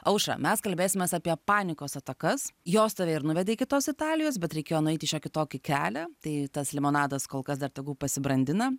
aušra mes kalbėsimės apie panikos atakas jos tave ir nuvedė iki tos italijos bet reikėjo nueiti šiokį tokį kelią tai tas limonadas kol kas dar tegu pasibrandina